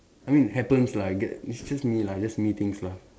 I mean it happens lah it ge it's just me lah just me things lah